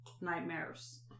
nightmares